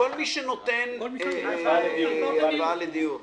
כל מי שנותן הלוואה לדיור.